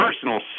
personal